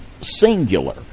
singular